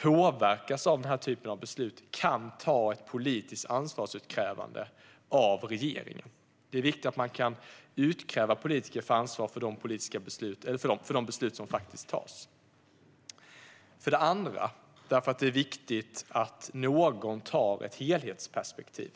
påverkas av den här typen av beslut, kan göra ett politiskt ansvarsutkrävande av regeringen. Det är viktigt att man kan kräva politiker på ansvar för de beslut som faktiskt tas. För det andra därför att det är viktigt att någon har ett helhetsperspektiv.